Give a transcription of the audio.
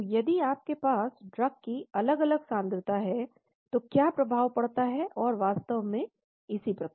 तो यदि आपके पास ड्रग की अलग अलग सांद्रता है तो क्या प्रभाव पड़ता है और वास्तव में इसी प्रकार